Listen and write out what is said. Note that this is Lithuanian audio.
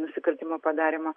nusikaltimo padarymą